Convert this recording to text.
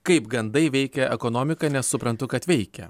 kaip gandai veikia ekonomiką nes suprantu kad veikia